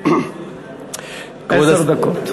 עשר דקות.